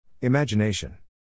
Imagination